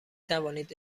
توانید